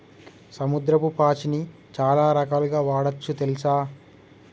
సముద్రపు పాచిని చాలా రకాలుగ వాడొచ్చు తెల్సా